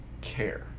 care